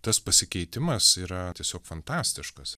tas pasikeitimas yra tiesiog fantastiškas